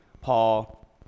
Paul